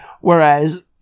whereas